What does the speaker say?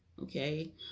okay